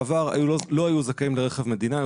בעבר לא היו זכאים לרכב מדינה,